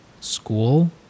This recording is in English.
school